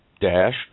dash